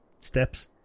steps